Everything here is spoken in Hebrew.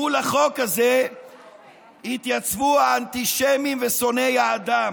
מול החוק הזה התייצבו האנטישמים ושונאי האדם.